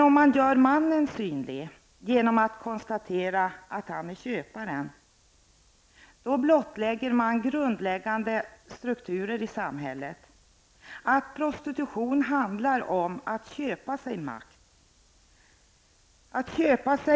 Om man gör mannen synlig genom att konstatera att han är köpare, blottlägger man grundläggande strukturer i samhället. Att inse att prostitution handlar om att köpa sig